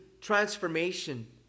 transformation